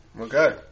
Okay